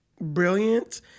brilliant